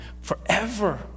forever